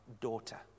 daughter